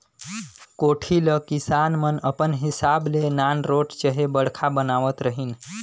कोठी ल किसान मन अपन हिसाब ले नानरोट चहे बड़खा बनावत रहिन